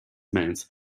amounts